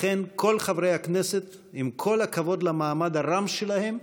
לכן, כל חברי הכנסת, עם כל הכבוד למעמד הרם שלהם,